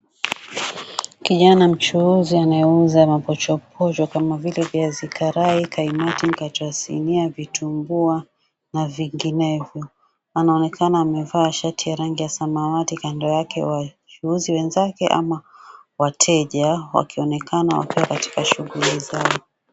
Kijana mchuuzi anayeuza mapochopocho kama vile viazi karai, kaimati, mkate wa sinia, vitumbua na vinginevyo anaonekana amevaa shati ya rangi ya samawati kando yake wachuuzi wenzake ama wateja wakionekana wakiwa katika shughuli zao.